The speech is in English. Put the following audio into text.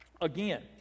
again